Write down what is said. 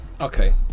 Okay